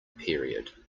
period